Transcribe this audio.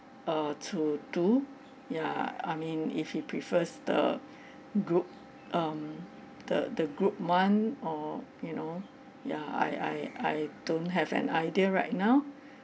uh to do ya I mean if he prefers the group um the the group one or you know yeah I I I don't have an idea right now